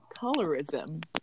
colorism